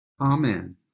Amen